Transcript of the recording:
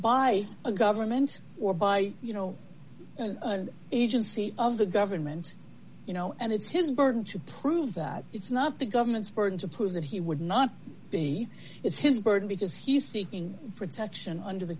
by a government or by you know an agency of the government you know and it's his burden to prove that it's not the government's burden to prove that he would not be it's his burden because he's seeking protection under the